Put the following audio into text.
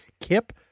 Kip